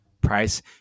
price